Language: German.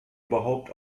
überhaupt